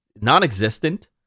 non-existent